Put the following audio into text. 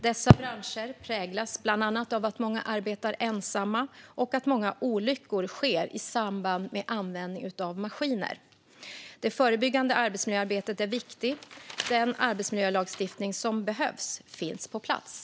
Dessa branscher präglas bland annat av att många arbetar ensamma och att många olyckor sker i samband med användning av maskiner. Det förebyggande arbetsmiljöarbetet är viktigt. Den arbetsmiljölagstiftning som behövs finns på plats.